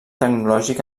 tecnològic